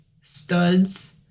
studs